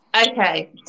Okay